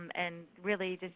and really,